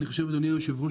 אדוני היושב-ראש,